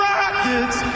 Rockets